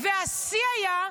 והשיא היה,